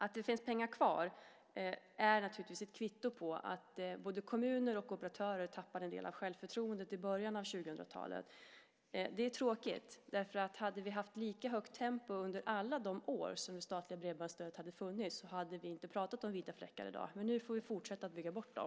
Att det finns pengar kvar är ett kvitto på att både kommuner och operatörer tappade en del av självförtroendet i början av 2000-talet. Det är tråkigt, för hade vi haft lika högt tempo under alla de år som det statliga bredbandsstödet har funnits så hade vi inte pratat om vita fläckar i dag. Men nu får vi fortsätta att bygga bort dem.